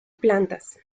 plantas